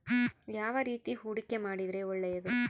ಯಾವ ರೇತಿ ಹೂಡಿಕೆ ಮಾಡಿದ್ರೆ ಒಳ್ಳೆಯದು?